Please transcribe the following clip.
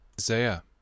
Isaiah